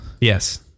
Yes